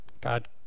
God